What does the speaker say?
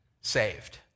saved